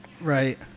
Right